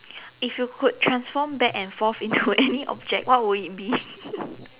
if you could transform back and forth into any object what will it be